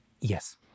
Yes